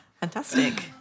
Fantastic